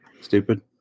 Stupid